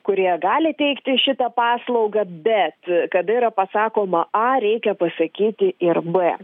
kurie gali teikti šitą paslaugą bet kada yra pasakoma a reikia pasakyti ir b